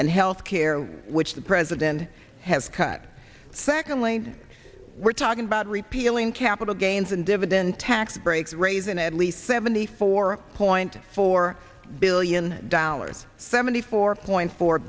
and health care which the president has cut secondly and we're talking about repealing capital gains and dividend tax breaks raising at least seventy four point four billion dollars seventy four point four